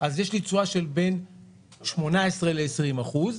אז יש לי תשואה של בין 18 ל-20 אחוז,